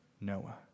Noah